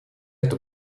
эту